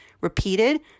repeated